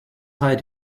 hired